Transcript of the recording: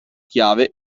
chiave